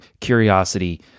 curiosity